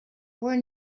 were